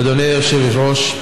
אדוני היושב-ראש,